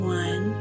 one